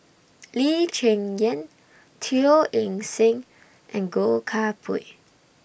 Lee Cheng Yan Teo Eng Seng and Goh Koh Pui